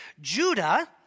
Judah